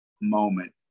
moment